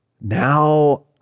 now